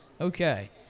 Okay